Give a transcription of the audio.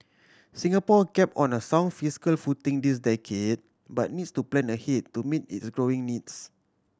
Singapore kept on a sound fiscal footing this decade but needs to plan ahead to meet its growing needs